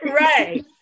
Right